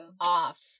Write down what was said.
off